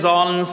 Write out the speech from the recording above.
on